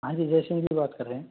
हाँ जी जय सिंह जी बात कर रहे